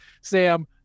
sam